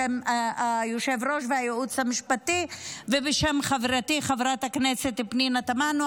בשם היושב-ראש והייעוץ המשפטי ובשם חברתי חברת הכנסת פנינה תמנו,